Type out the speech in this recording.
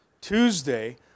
Tuesday